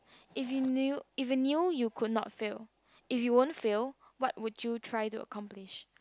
if you knew if you knew you could not fail if you won't fail what would you try to accomplish